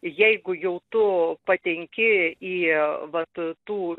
jeigu jau tu patenki į vat tų